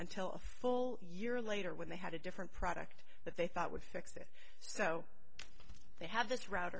until a full year later when they had a different product that they thought would fix it so they have this route